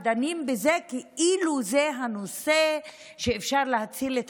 ודנים בזה כאילו זה נושא שאפשר להציל את